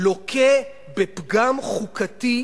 לוקה בפגם חוקתי ממשי.